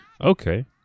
okay